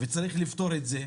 וצריך לפתור את זה,